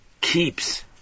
keeps